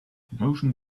motion